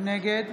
נגד